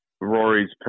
Rory's